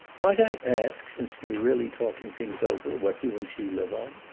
might i ask, since we are really talking things over, what you and she live on?